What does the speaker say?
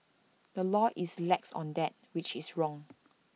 the law is lax on that which is wrong